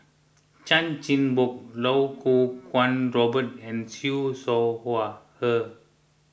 Chan Chin Bock Iau Kuo Kwong Robert and Siew Shaw Her